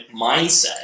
mindset